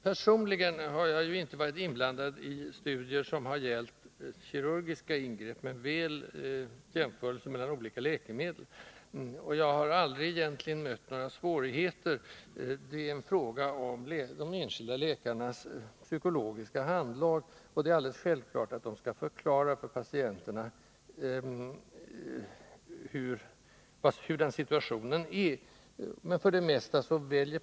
Personligen har jag inte varit inblandad i studier som haft att göra med kirurgiska ingrepp men väl i jämförelser mellan olika läkemedel. Jag har egentligen aldrig mött några svårigheter. Mycket beror på de enskilda läkarnas psykologiska handlag, och det är självklart att läkarna skall förklara situationen för patienten.